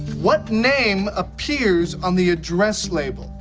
what name appears on the address label?